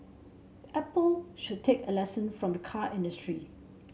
apple should take a lesson from the car industry